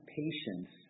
patience